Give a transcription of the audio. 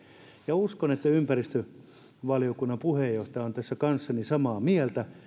ja uskon että ympäristövaliokunnan puheenjohtaja on tästä kanssani samaa mieltä